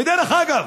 ודרך אגב,